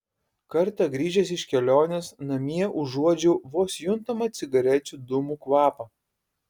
kartą grįžęs iš kelionės namie užuodžiau vos juntamą cigarečių dūmų kvapą